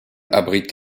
abrite